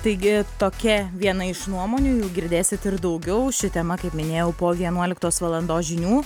taigi tokia viena iš nuomonių jų girdėsit ir daugiau ši tema kaip minėjau po vienuoliktos valandos žinių